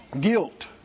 Guilt